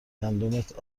گندمت